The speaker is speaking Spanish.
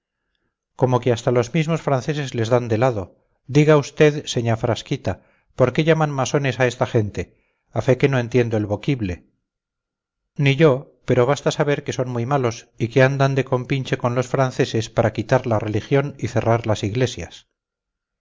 como que hasta los mismos franceses les dan de lado diga usted señá frasquita por qué llaman masones a esta gente a fe que no entiendo el voquible ni yo pero basta saber que son muy malos y que andan de compinche con los franceses para quitar la religión y cerrar las iglesias